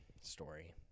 story